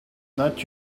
not